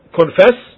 confess